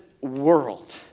world